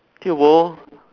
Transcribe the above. tio bo